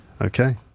Okay